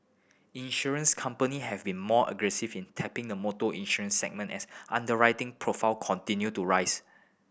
insurance company have been more aggressive in tapping the motor insurance segment as underwriting profit continue to rise